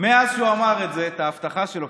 מאז שהוא הבטיח את ההבטחה שלו,